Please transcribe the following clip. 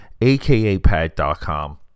akapad.com